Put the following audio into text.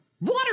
Water